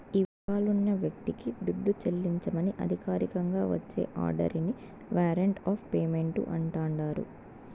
ఇవ్వాలున్న వ్యక్తికి దుడ్డు చెల్లించమని అధికారికంగా వచ్చే ఆర్డరిని వారంట్ ఆఫ్ పేమెంటు అంటాండారు